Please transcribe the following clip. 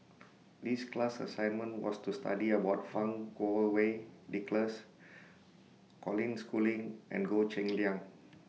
These class assignment was to study about Fang Kuo Wei Nicholas Colin Schooling and Goh Cheng Liang